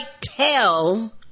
tell